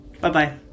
bye-bye